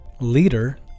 leader